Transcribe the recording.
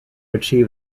achieved